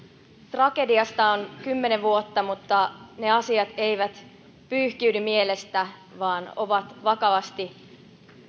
tragediasta on kymmenen vuotta mutta ne asiat eivät pyyhkiydy mielestä vaan ovat vakavasti